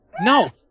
No